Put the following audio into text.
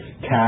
cash